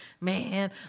Man